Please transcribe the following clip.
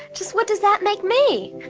just what does that make me?